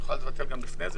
היא יכולה לבטל לפני זה,